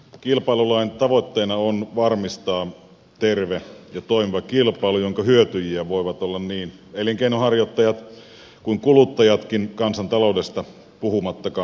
kilpailulain tavoitteena on varmistaa terve ja toimiva kilpailu jonka hyötyjiä voivat olla niin elinkeinonharjoittajat kuin kuluttajatkin kansantaloudesta puhumattakaan